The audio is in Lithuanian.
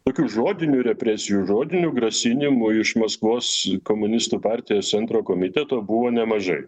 tokių žodinių represijų žodinių grasinimų iš maskvos komunistų partijos centro komiteto buvo nemažai